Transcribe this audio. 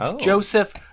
Joseph